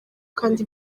kandi